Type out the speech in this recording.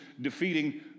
defeating